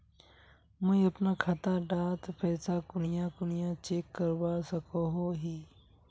मुई अपना खाता डात पैसा कुनियाँ कुनियाँ चेक करवा सकोहो ही?